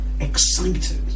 excited